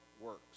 works